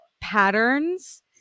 patterns